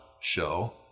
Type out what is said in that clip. show